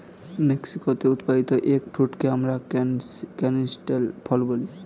মেক্সিকোতে উৎপাদিত এগ ফ্রুটকে আমরা ক্যানিস্টেল ফল বলি